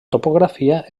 topografia